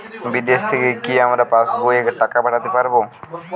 বিদেশ থেকে কি আমার পাশবইয়ে টাকা পাঠাতে পারবে?